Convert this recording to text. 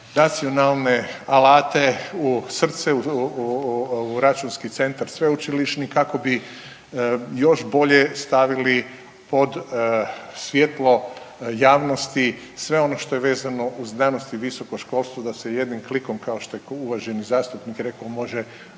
nacionalne alate u srce, u računski centar sveučilišni kako bi još bolje stavili pod svjetlo javnosti sve ono što je vezano uz znanost i visoko školstvo da se jednim klikom kao što je uvaženi zastupnik rekao može doći